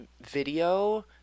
video